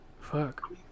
fuck